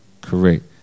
Correct